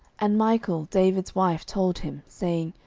and michal david's wife told him, saying,